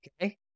Okay